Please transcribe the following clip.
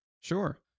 Sure